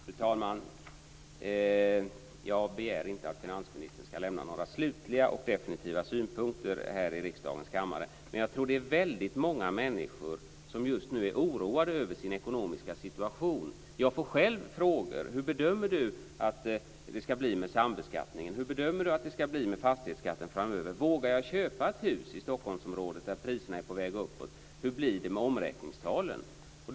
Fru talman! Jag begär inte att finansministern skall lämna några slutliga och definitiva synpunkter i riksdagens kammare. Men det är många människor som just nu är oroade över sin ekonomiska situation. Jag får själv frågor: Hur bedömer du att det skall bli med sambeskattningen och fastighetsskatten framöver? Vågar jag köpa ett hus i Stockholmsområdet, där priserna är på väg uppåt? Hur blir det med omräkningstalen?